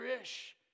ish